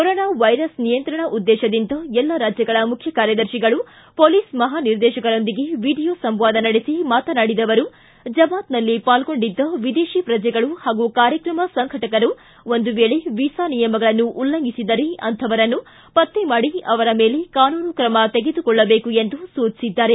corona virus ನಿಯಂತ್ರಣ ಉದ್ದೇಶದಿಂದ ಎಲ್ಲ ರಾಜ್ಯಗಳ ಮುಖ್ಯಕಾರ್ಯದರ್ತಿಗಳು ಮೋಲೀಸ್ ಮಹಾ ನಿರ್ದೇಶಕರೊಂದಿಗೆ ವಿಡಿಯೋ ಸಂವಾದ ನಡೆಸಿ ಮಾತನಾಡಿದ ಅವರು ಜಮಾತ್ನಲ್ಲಿ ಪಾಲ್ಗೊಂಡಿದ್ದ ವಿದೇತಿ ಪ್ರಜೆಗಳು ಹಾಗೂ ಕಾರ್ಯಕ್ರಮ ಸಂಘಟಕರು ಒಂದು ವೇಳೆ ವಿಸಾ ನಿಯಮಗಳನ್ನು ಉಲ್ಲಂಘಿಸಿದ್ದರೆ ಅಂಥವರನ್ನು ಪತ್ತೆ ಮಾಡಿ ಅವರ ಮೇಲೆ ಕಾನೂನು ಕ್ರಮ ತೆಗೆದುಕೊಳ್ಳಬೇಕು ಎಂದು ಸೂಚಿಸಿದ್ದಾರೆ